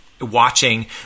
watching